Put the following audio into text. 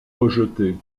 rejetées